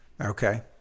Okay